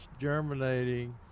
germinating